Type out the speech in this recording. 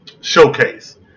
showcase